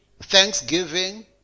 thanksgiving